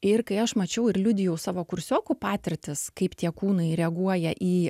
ir kai aš mačiau ir liudijau savo kursiokų patirtis kaip tie kūnai reaguoja į